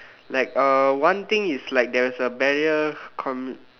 like uh one thing is like there is a barrier com~